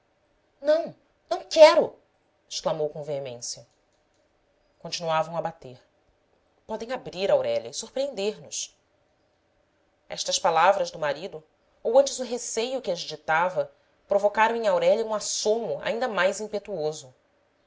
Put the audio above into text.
não não quero exclamou com veemência continuavam a bater podem abrir aurélia e surpreender nos estas palavras do marido ou antes o receio que as ditava provocaram em aurélia um assomo ainda mais impetuoso